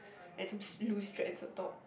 and some loose strands on top